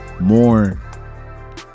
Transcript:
more